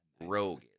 Rogue